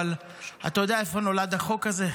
אבל אתה יודע איפה נולד החוק הזה?